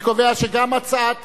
אני קובע שגם הצעת